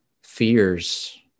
fears